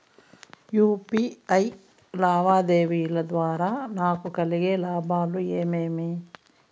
UPI లావాదేవీల ద్వారా నాకు కలిగే లాభాలు ఏమేమీ?